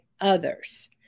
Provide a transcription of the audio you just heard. others